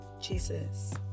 Jesus